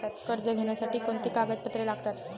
कर्ज घेण्यासाठी कोणती कागदपत्रे लागतात?